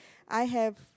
I have